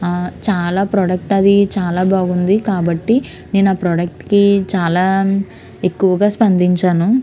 చాలా ప్రోడక్ట్ అది చాలా బాగుంది కాబట్టి నేను ఆ ప్రోడక్ట్కి చాలా ఎక్కువగా స్పందించాను